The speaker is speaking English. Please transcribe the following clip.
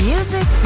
Music